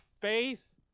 faith